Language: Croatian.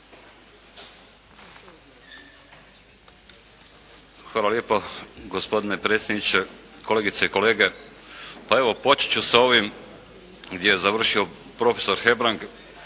Hvala lijepo. Gospodine predsjedniče, kolegice i kolege. Pa evo počet ću sa ovim gdje je završio profesor Hebrang